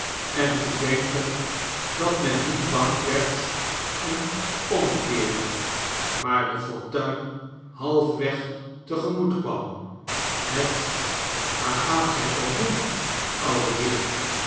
en te denken dat men niet bang werd en omkeerde maar de fortuin halfweg te gemoet kwam het maar gaat gij al heen oude heer